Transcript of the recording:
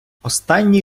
останній